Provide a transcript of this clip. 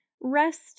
rest